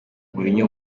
mourinho